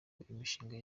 imishinga